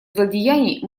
злодеяний